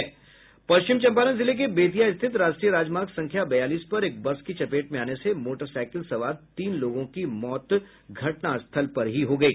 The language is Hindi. पश्चिम चम्पारण जिले के बेतिया स्थित राष्ट्रीय राजमार्ग संख्या बयालीस पर एक बस की चपेट में आने से मोटरसाईकिल सवार तीन लोगों की मौत घटनास्थल पर ही हो गयी